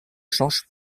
change